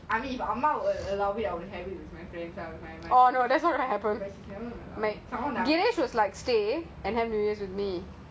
I'm okay with having a quiet new year I mean if ah ma will allow me I'll have it with my friends lah like my friends